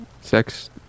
sex